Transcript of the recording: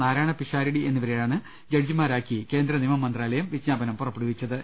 നാരായണ പിഷാരടി എന്നിവരെയാണ് ജഡ്ജിമാരാക്കി കേന്ദ്ര നിയമമന്ത്രാലയം വിജ്ഞാപനം പുറപ്പെടുവിച്ചത്